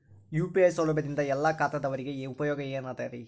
UPI ಸೌಲಭ್ಯದಿಂದ ಎಲ್ಲಾ ಖಾತಾದಾವರಿಗ ಉಪಯೋಗ ಅದ ಏನ್ರಿ?